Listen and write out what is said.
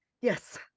Yes